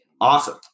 awesome